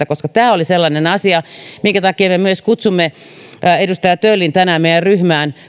koska tämä oli sellainen asia minkä takia me myös kutsuimme edustaja töllin tänään meidän ryhmäämme